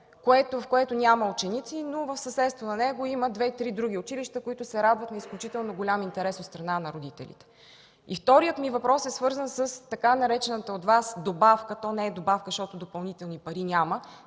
в което няма ученици, но в съседство на него има 2-3 училища, които се радват на изключително голям интерес от страна на родителите? Вторият ми въпрос е свързан с така наречената от Вас „добавка”. То не е добавка – защото допълнителни пари няма